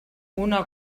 una